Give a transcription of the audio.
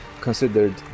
considered